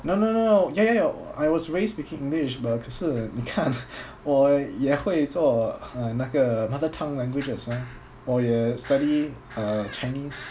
no no no no ya ya ya I was raised speaking english but 可是你看我也会做 uh 那个 mother tongue languages ah 我也 study uh chinese